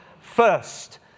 First